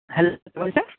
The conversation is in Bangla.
হ্যালো কে বলছে